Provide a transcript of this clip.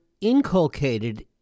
inculcated